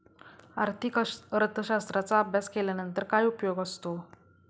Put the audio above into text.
आर्थिक अर्थशास्त्राचा अभ्यास केल्यानंतर काय उपयोग असतो?